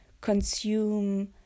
consume